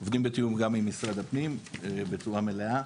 עובדים בתיאום גם עם משרד הפנים בצורה מלאה.